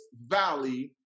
valley